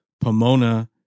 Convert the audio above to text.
Pomona